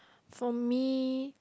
for me